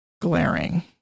glaring